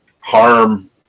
harm